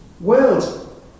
world